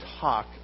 talk